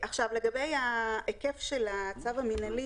לגבי היקף הצו המינהלי